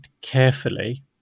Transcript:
carefully